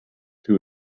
two